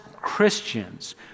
Christians